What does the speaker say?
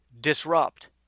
disrupt